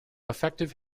effective